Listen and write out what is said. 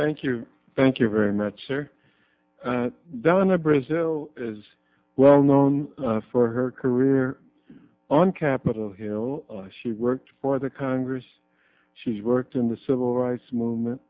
thank you thank you very much sir donna brazil is well known for her career on capitol hill she worked for the congress she worked in the civil rights movement